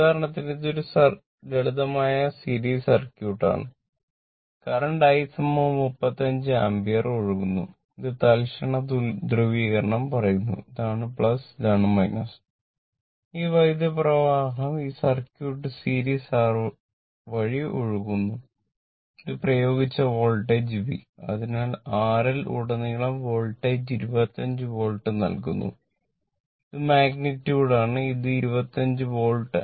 ഉദാഹരണത്തിന് ഇത് ഒരു ലളിതമായ സീരീസ് സർക്യൂട്ട് വോൾട്ടേജ് V3 ആണ്